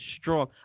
strong –